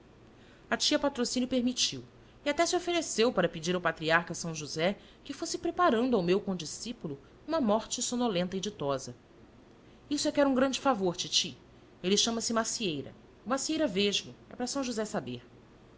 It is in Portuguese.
tia patrocínio permitiu e até se ofereceu para pedir ao patriarca são josé que fosse preparando ao meu condiscípulo uma morte sonolenta e ditosa isso é que era um grande favor titi ele chama-se macieira o macieira vesgo e para são josé saber